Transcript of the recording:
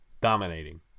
dominating